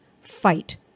fight